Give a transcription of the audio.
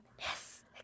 Yes